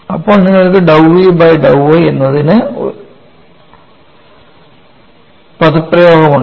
അപ്പോൾ നിങ്ങൾക്ക് dou v by dou y എന്നതിന് പദപ്രയോഗമുണ്ട്